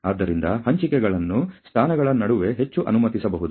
ಆದ್ದರಿಂದ ಹಂಚಿಕೆಗಳನ್ನು ಸ್ಥಾನಗಳ ನಡುವೆ ಹೆಚ್ಚು ಅನುಮತಿಸಬಹುದು